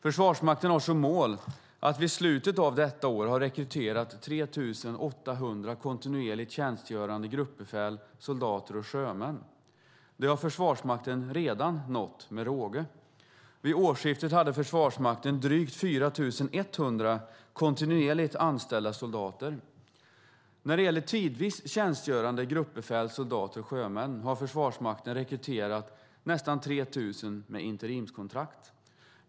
Försvarsmakten har som mål att vid slutet av detta år ha rekryterat 3 800 kontinuerligt tjänstgörande gruppbefäl, soldater och sjömän. Det målet har Försvarsmakten redan nått med råge. Vid årsskiftet hade Försvarsmakten drygt 4 100 kontinuerligt anställda soldater. När det gäller tidvis tjänstgörande gruppbefäl, soldater och sjömän har Försvarsmakten rekryterat nästan 3 000 med interimskontrakt.